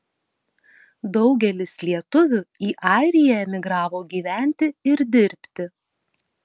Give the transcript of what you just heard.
daugelis lietuvių į airiją emigravo gyventi ir dirbti